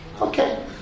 Okay